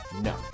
No